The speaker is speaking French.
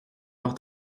leur